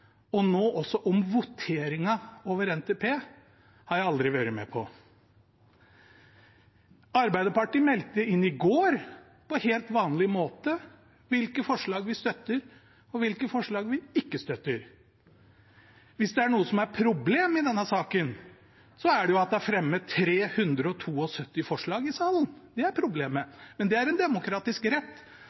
og nå også voteringen over NTP, har jeg aldri vært med på. Arbeiderpartiet meldte inn i går på helt vanlig måte hvilke forslag vi støtter, og hvilke forslag vi ikke støtter. Hvis det er noe problem i denne saken, er det at det er fremmet 372 forslag i salen – det er problemet. Det er en demokratisk rett,